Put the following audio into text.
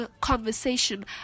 conversation